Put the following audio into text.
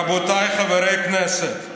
רבותיי חברי הכנסת,